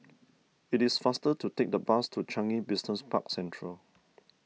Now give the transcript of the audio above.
it is faster to take the bus to Changi Business Park Central